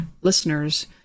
listeners